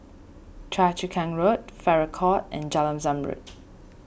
Choa Chu Kang Road Farrer Court and Jalan Zamrud